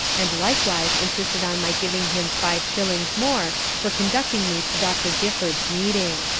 and likewise insisted on my giving him five shillings more for conducting me to dr. gifford's meeting.